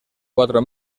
cuatro